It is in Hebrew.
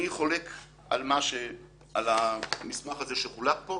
אני חולק על המסמך הזה שחולק פה,